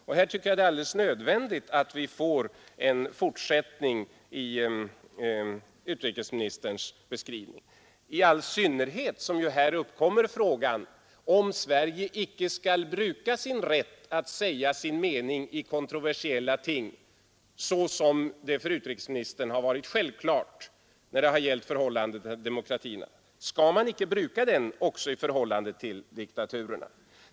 Här tycker jag att det är alldeles nödvändigt att vi får en fortsättning i utrikesministerns beskrivning, i all synnerhet som ju här uppkommer frågan om Sverige icke skall bruka sin rätt att säga sin mening i kontroversiella ting så som det för utrikesministern har varit självklart när det gällt förhållandet till demokratierna. Skall man inte bruka den också i förhållandet till diktaturerna?